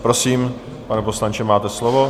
Prosím, pane poslanče, máte slovo.